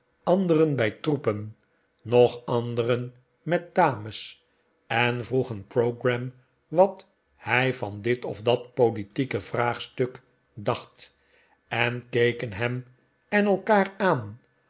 anderen bij troepen nog anderen met dames en vroegen pogram wat hij van dit of dat politieke vraagstuk dacht en keken hem en elkaar aan